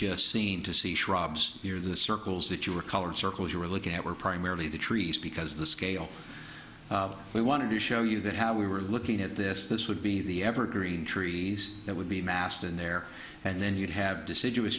near the circles that you're colored circles you're looking at we're primarily the trees because the scale we wanted to show you that how we were looking at this this would be the evergreen trees that would be massed in there and then you'd have deciduous